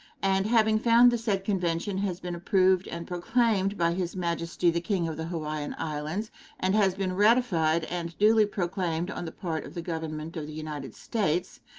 and, having found the said convention has been approved and proclaimed by his majesty the king of the hawaiian islands and has been ratified and duly proclaimed on the part of the government of the united states,